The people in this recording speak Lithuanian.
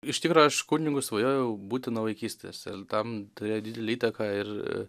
iš tikro aš kunigu svajojau būti nuo vaikystės ir tam turėjo didelę įtaką ir